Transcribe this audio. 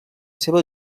seva